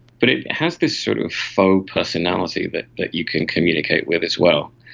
but it has this sort of faux personality that that you can communicate with as well.